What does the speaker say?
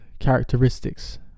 characteristics